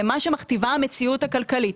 למה שמכתיבה המציאות הכלכלית.